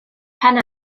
pen